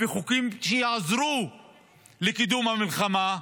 וחוקים שיעזרו לקידום המלחמה,